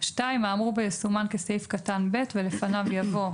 (2)האמור בו יסומן כסעיף קטן "(ב)" ולפניו יבוא: